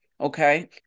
Okay